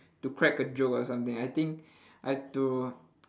to crack a joke or something I think I've to